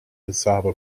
cassava